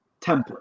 template